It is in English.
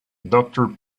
doctor